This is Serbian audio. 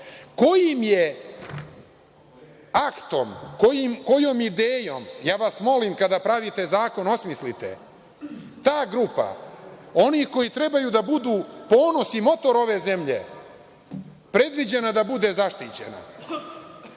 Kojim je aktom, kojom idejom, ja vas molim kada pravite zakon osmislite. Ta grupa onih koji trebaju da budu ponos i motor ove zemlje predviđena da bude zaštićena.